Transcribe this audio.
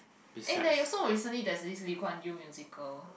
eh there you so recently there's this Lee-Kuan-Yew musical